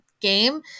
game